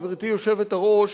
גברתי היושבת-ראש,